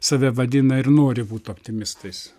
save vadina ir nori būt optimistais